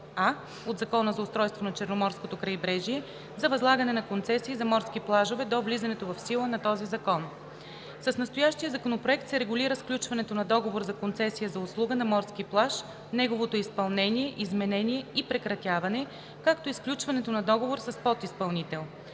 „а“ от Закона за устройството на Черноморското крайбрежие за възлагане на концесии за морски плажове до влизането в сила на този закон. С настоящия законопроект се регулира сключването на договор за концесия за услуга на морски плаж, неговото изпълнение, изменение и прекратяване, както и сключването на договор с подизпълнител.